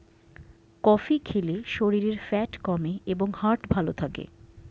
coffee খেলে শরীরের fat কমে এবং হার্ট ভালো থাকে